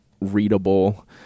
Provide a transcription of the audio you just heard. readable